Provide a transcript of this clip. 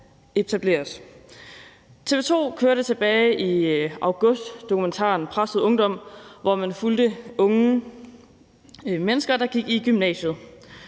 TV 2 kørte tilbage i august dokumentaren »Presset ungdom«, hvor man fulgte unge mennesker, der gik i gymnasiet.